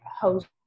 host